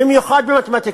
במיוחד במתמטיקה.